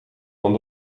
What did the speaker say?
van